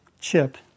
chip